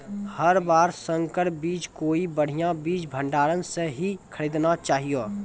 हर बार संकर बीज कोई बढ़िया बीज भंडार स हीं खरीदना चाहियो